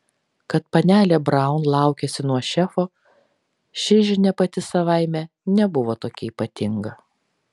kad panelė braun laukiasi nuo šefo ši žinia pati savaime nebuvo tokia ypatinga